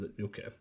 Okay